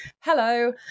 hello